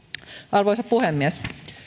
arvoisa puhemies